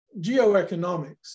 geoeconomics